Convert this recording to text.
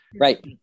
Right